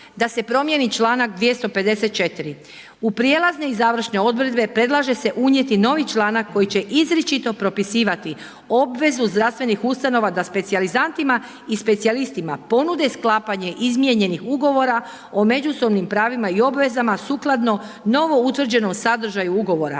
da se promijeni čl. 254. U prijelazne i završne odredbe predlaže se unijeti novi članak koji će izričito propisivati obvezu zdravstvenih ustanova da specijalizantima i specijalistima ponude sklapanje izmijenih ugovora o međusobnim pravima i obvezama sukladno novo utvrđenom sadržaju ugovora.